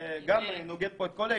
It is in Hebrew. נוגד פה את כל ההיגיון.